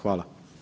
Hvala.